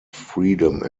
freedom